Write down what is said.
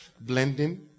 blending